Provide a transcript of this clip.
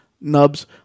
nubs